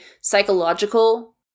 psychological